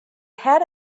had